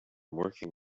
working